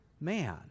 man